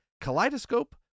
Kaleidoscope